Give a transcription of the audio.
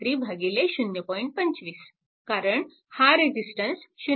25 कारण हा रेजिस्टन्स 0